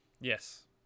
Yes